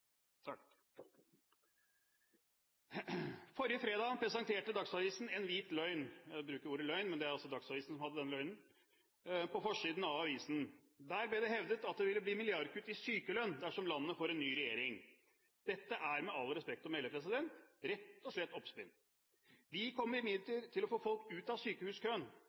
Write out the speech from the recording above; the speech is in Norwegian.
takk. Forrige fredag presenterte Dagsavisen en hvit løgn – jeg bruker ordet «løgn», men det er altså Dagsavisen som hadde den løgnen – på forsiden av avisen. Der ble det hevdet at det ville bli milliardkutt i sykelønn dersom landet får en ny regjering. Dette er – med all respekt å melde – rett og slett oppspinn. Vi kommer imidlertid til å få folk ut av sykehuskøen.